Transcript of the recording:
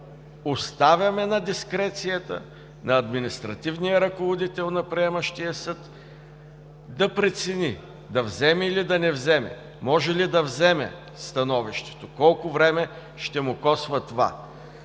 оставяме на дискрецията, на административния ръководител на приемащия съд да прецени – да вземе, или да не вземе. Може ли да вземе становището? Колко време ще му коства това?